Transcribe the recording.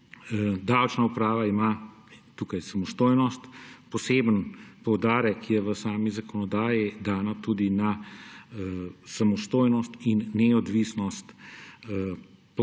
Davčna uprava ima tukaj samostojnost. Poseben poudarek je v sami zakonodaji dan tudi na samostojnost in neodvisnost